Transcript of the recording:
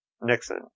Nixon